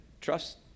trust